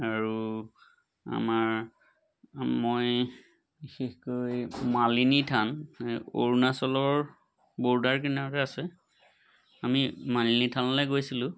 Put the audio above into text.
আৰু আমাৰ মই বিশেষকৈ মালিনী থান অৰুণাচলৰ বৰ্ডাৰ কিনাৰতে আছে আমি মালিনী থানলৈ গৈছিলোঁ